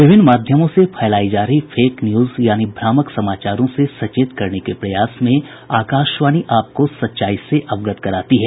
विभिन्न माध्यमों से फैलाई जा रही फेक न्यूज यानी भ्रामक समाचारों से सचेत करने के प्रयास में आकाशवाणी आपको सच्चाई से अवगत कराती है